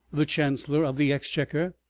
the chancellor of the exchequer,